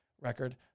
record